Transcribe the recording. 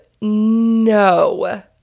no